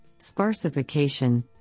sparsification